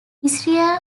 israel